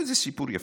זה סיפור יפה: